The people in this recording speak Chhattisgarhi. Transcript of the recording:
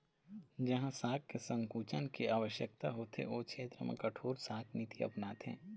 जहाँ शाख के संकुचन के आवश्यकता होथे ओ छेत्र म कठोर शाख नीति अपनाथे